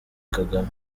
kagame